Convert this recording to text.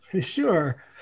Sure